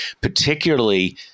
particularly